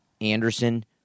Anderson